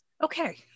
Okay